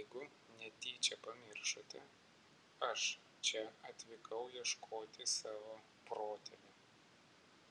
jeigu netyčia pamiršote aš čia atvykau ieškoti savo protėvių